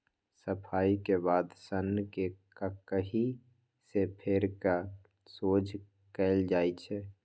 सफाई के बाद सन्न के ककहि से फेर कऽ सोझ कएल जाइ छइ